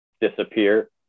disappear